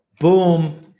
Boom